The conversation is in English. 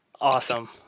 Awesome